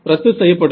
ரத்து செய்யப்படும்